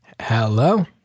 Hello